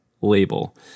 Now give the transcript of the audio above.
label